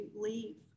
leave